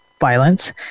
violence